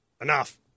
Enough